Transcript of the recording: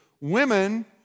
women